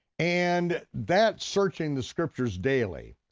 and that searching the scriptures daily,